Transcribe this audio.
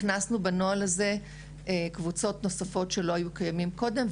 הכנסנו בנוהל הזה קבוצות נוספות שלא היו קיימות קודם,